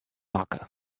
makke